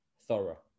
thorough